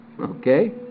okay